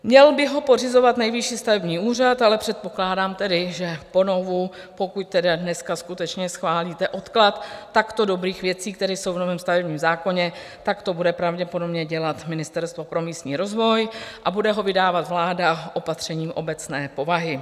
Měl by ho pořizovat nejvyšší stavební úřad, ale předpokládám tedy, že po novu, pokud tedy dneska skutečně schválíte odklad takto dobrých věcí, které jsou v novém stavebním zákoně, tak to bude pravděpodobně dělat Ministerstvo pro místní rozvoj a bude ho vydávat vláda opatřením obecné povahy.